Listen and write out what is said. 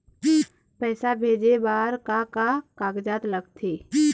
पैसा भेजे बार का का कागजात लगथे?